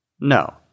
No